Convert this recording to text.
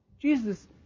Jesus